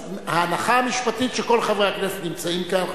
אז ההנחה המשפטית היא שכל חברי הכנסת נמצאים כאן.